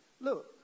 Look